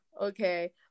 okay